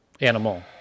Animal